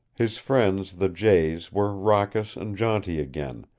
his friends the jays were raucous and jaunty again,